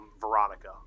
veronica